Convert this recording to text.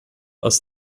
aus